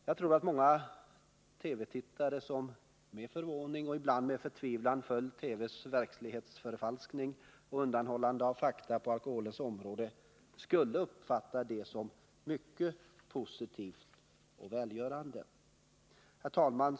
Jag tror att många TV-tittare som med förvåning och ibland med förtvivlan följt TV:s verklighetsförfalskning och undanhållande av fakta på alkoholområdet skulle uppfatta ett sådant initiativ som mycket positivt och välgörande. Herr talman!